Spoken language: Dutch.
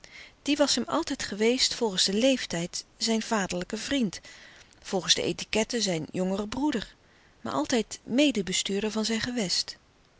die was hem altijd geweest volgens den leeftijd zijn vaderlijke vriend volgens de etiquette zijn jongere broeder maar altijd medebestuurder van zijn gewest